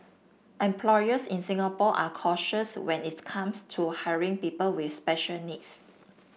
employers in Singapore are cautious when its comes to hiring people with special needs